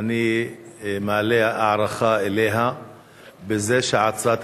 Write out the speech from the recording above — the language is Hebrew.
שאני מלא הערכה אליה בזה שהיא עצרה את